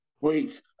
Wait